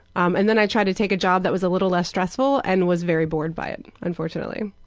um and then i tried to take a job that was a little less stressful and was very bored by it, unfortunately.